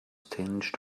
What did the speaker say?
tinged